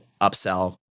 upsell